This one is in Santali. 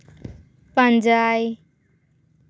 ᱯᱟᱸᱡᱟᱭ